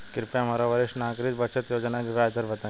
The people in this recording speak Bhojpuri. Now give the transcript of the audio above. कृपया हमरा वरिष्ठ नागरिक बचत योजना के ब्याज दर बताई